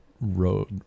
road